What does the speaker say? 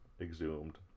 exhumed